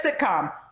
sitcom